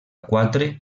quatre